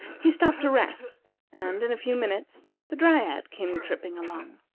he stopped to rest, and, in a few minutes, the dryad came tripping along.